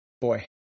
boy